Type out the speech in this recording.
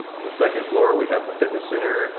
on the second floor we have the fitness center,